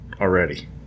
already